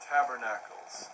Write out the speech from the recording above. Tabernacles